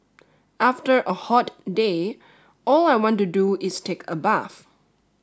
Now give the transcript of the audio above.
after a hot day all I want to do is take a bath